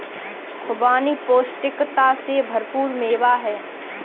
खुबानी पौष्टिकता से भरपूर मेवा है